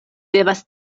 devas